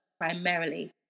primarily